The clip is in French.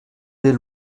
des